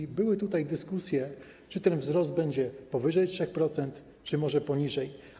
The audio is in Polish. I były tutaj dyskusje, czy ten wzrost będzie powyżej 3%, czy może poniżej.